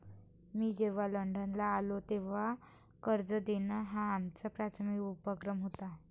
मी जेव्हा लंडनला आलो, तेव्हा कर्ज देणं हा आमचा प्राथमिक उपक्रम होता